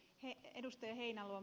heinäluoma ed